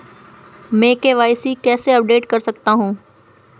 मैं के.वाई.सी कैसे अपडेट कर सकता हूं?